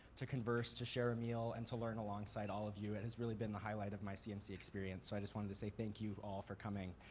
to converse, to share a meal, and to learn alongside all of you. it has really been the highlight of my cmc experience. so i just wanted to say thank you all for coming.